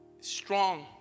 Strong